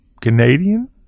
Canadian